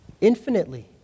Infinitely